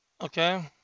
Okay